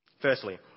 Firstly